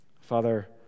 Father